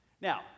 Now